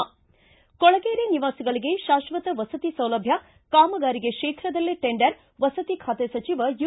ಿ ಕೊಳಗೇರಿ ನಿವಾಸಿಗಳಿಗೆ ಶಾಶ್ವತ ವಸತಿ ಸೌಲಭ್ವ ಕಾಮಗಾರಿಗೆ ಶೀಘದಲ್ಲೇ ಟೆಂಡರ್ ವಸತಿ ಖಾತೆ ಸಚಿವ ಯು